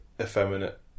effeminate